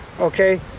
okay